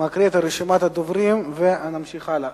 אני מקריא את רשימת הדוברים ונמשיך הלאה.